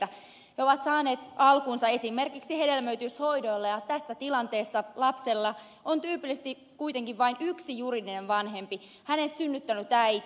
he ovat saaneet alkunsa esimerkiksi hedelmöityshoidoilla ja tässä tilanteessa lapsella on tyypillisesti kuitenkin vain yksi juridinen vanhempi hänet synnyttänyt äiti